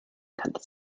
kannte